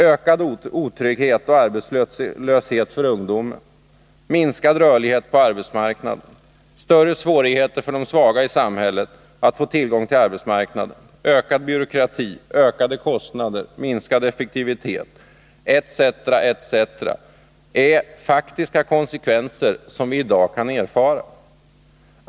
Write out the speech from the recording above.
Ökad otrygghet och arbetslöshet för ungdomen, minskad rörlighet på arbetsmarknaden, större svårigheter för de svaga i samhället att få tillgång till arbetsmarknaden, ökad byråkrati, ökade kostnader, minskad effektivitet etc. är faktiska konsekvenser som vi i dag kan erfara.